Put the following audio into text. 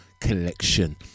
collection